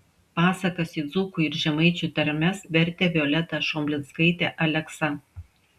pasakas į dzūkų ir žemaičių tarmes vertė violeta šoblinskaitė aleksa